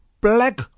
black